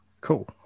cool